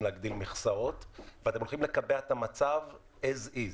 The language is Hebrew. להגדיל מכסות ואתם הולכים לקבע את המצב כפי שהוא.